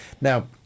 now